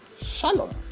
Shalom